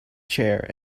chair